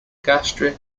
gastric